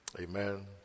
Amen